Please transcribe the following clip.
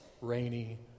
rainy